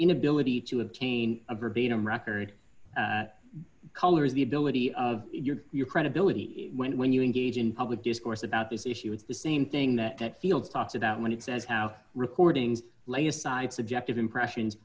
inability to obtain a verbatim record colors the ability of your your credibility when when you engage in public discourse about this issue with the same thing that feels toss about when it says how recordings lay aside subjective impressions